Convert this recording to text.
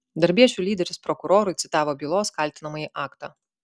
darbiečių lyderis prokurorui citavo bylos kaltinamąjį aktą